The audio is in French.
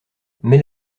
mais